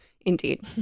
Indeed